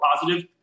positive